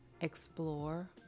explore